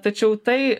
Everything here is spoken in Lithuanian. tačiau tai